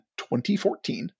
2014